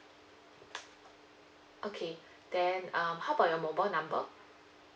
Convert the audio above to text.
okay then um how about your mobile number